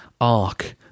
ark